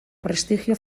prestigio